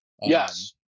yes